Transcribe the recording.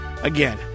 again